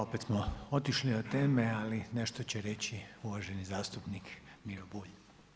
Opet smo otišli od teme ali nešto će reći uvaženi zastupnik Miro Bulj.